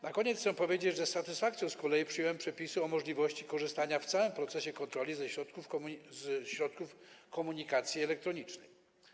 Na koniec chcę powiedzieć, że z satysfakcją z kolei przyjąłem przepisy o możliwości korzystania w całym procesie kontroli ze środków komunikacji elektronicznej.